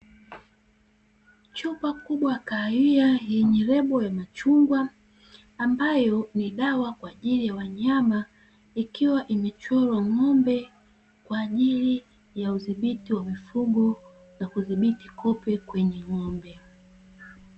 Chupa kubwa ya kahawia yenye lebo ya machungwa ambayo ni dawa kwa ajili ya wanyama, ikiwa imechorwa ng'ombe kwa ajili ya udhibiti wa mifugo ya kudhibiti kupe kwenye ng'ombe.